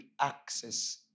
access